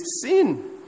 sin